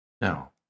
Now